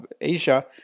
Asia